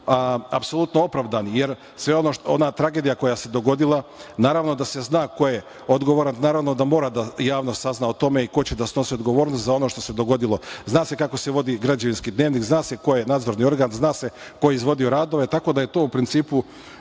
apsolutno opravdani, jer ona tragedija koja se dogodila, naravno da se zna ko je odgovoran, naravno da mora javnost da sazna o tome i ko će da snosi odgovornost za ono što se dogodilo. Zna se kako se vodi građevinski dnevnik, zna se ko je nadzorni organ, zna se ko je izvodio radove, tako da je to, u principu,